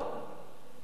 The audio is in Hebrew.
כן.